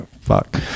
fuck